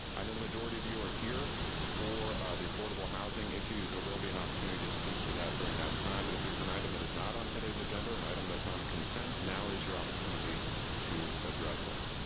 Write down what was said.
i know the majority of you are here for the affordable housing issue. there will be an opportunity to speak to that during that time, but if there's an item that is not on today's agenda, or an item that's on consent, now is your opportunity to address us.